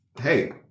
Hey